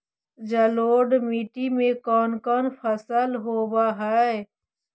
जलोढ़ मट्टी में कोन कोन फसल होब है?